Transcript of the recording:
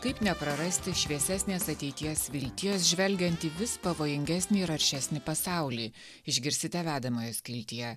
kaip neprarasti šviesesnės ateities vilties žvelgiant į vis pavojingesnį ir aršesnį pasaulį išgirsite vedamojo skiltyje